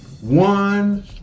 one